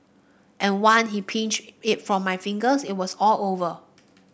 and one he'd pinched it from my fingers it was all over